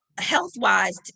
Health-wise